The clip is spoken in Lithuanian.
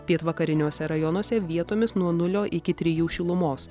pietvakariniuose rajonuose vietomis nuo nulio iki trijų šilumos